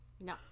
no